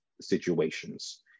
situations